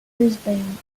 brisbane